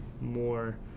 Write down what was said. more